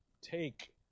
take